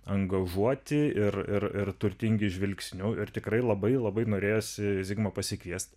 angažuoti ir ir ir turtingi žvilgsniu ir tikrai labai labai norėjosi zigmą pasikviest